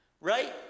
Right